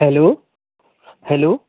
hello hello